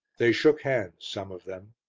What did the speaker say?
they shook hands, some of them.